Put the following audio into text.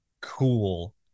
cool